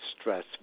stress